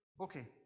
okay